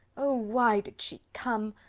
oh! why did she come?